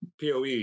PoE